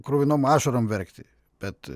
kruvinom ašarom verkti bet